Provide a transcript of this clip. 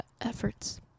efforts